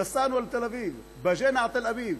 נסענו לתל אביב, באג'ינא עא-תל אביב.